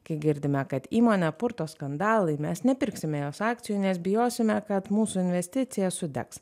kai girdime kad įmonę purto skandalai mes nepirksime jos akcijų nes bijosime kad mūsų investicija sudegs